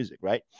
right